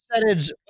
percentage